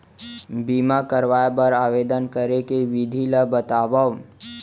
बीमा करवाय बर आवेदन करे के विधि ल बतावव?